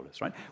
right